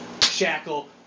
shackle